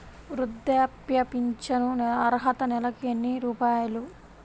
వృద్ధాప్య ఫింఛను అర్హత నెలకి ఎన్ని రూపాయలు?